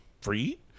free